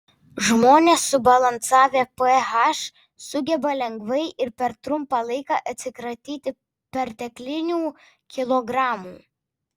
žmonės subalansavę ph sugeba lengvai ir per trumpą laiką atsikratyti perteklinių kilogramų